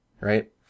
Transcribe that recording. right